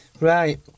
Right